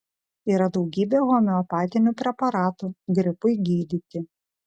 yra daugybė homeopatinių preparatų gripui gydyti